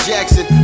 Jackson